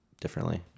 differently